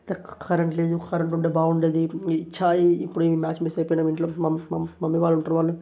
current లేదు current ఉంటే బాగుండేది ఇ చాయి ఇపుడే మ్యాచ్ మిస్ అయిపోయాం ఇంట్లో మమ్ మమ్ మమ్మీ వాళ్ళుంటారు వాళ్ళు